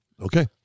Okay